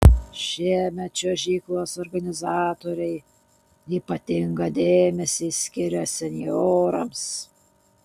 šiemet čiuožyklos organizatoriai ypatingą dėmesį skiria senjorams